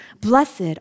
Blessed